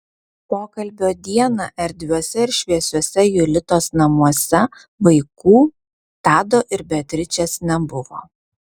pokalbio dieną erdviuose ir šviesiuose julitos namuose vaikų tado ir beatričės nebuvo